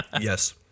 Yes